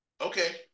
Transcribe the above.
okay